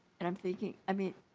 and um thinking i mean.